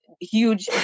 huge